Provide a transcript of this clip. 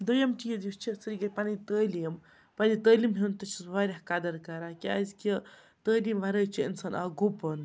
دوٚیِم چیٖز یُس چھِ سُہ گٔے پَنٕنۍ تعلیٖم پنٛنہِ تعلیٖم ہُنٛد تہِ چھُس بہٕ واریاہ قدٕر کَران کیٛازِکہِ تعلیٖم وَرٲے چھِ اِنسان اَکھ گُپُن